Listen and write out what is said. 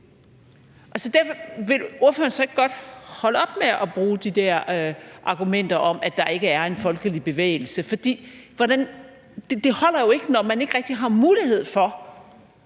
Så vil ordføreren ikke godt holde op med at bruge de der argumenter om, at der ikke er en folkelig bevægelse, for det holder jo ikke, når man ikke rigtig har mulighed for